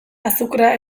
azukrea